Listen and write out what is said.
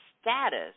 status